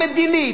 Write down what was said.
המדינית,